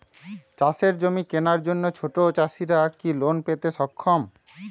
চাষের জমি কেনার জন্য ছোট চাষীরা কি লোন পেতে সক্ষম?